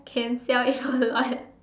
can sell it online